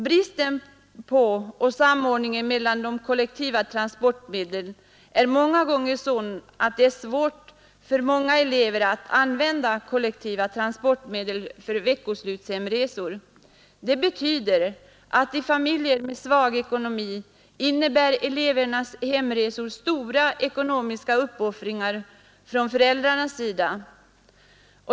Bristen på kollektiva transportmedel och samordning mellan dem är många gånger sådan att det är svårt för många elever att använda kollektiva transportmedel för veckoslutshemresor. Det betyder att i familjer med svag ekonomi elevernas hemresor innebär stora ekonomiska uppoffringar från föräldrarnas sida.